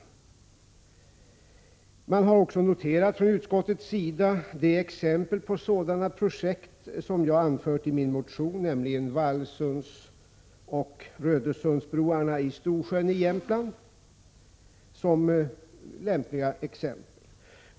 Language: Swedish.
Utskottet har också noterat de exempel på sådana projekt som jag anfört i min motion, nämligen Vallsundsoch Rödösundsbroarna i Storsjön i Jämtlands län.